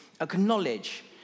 acknowledge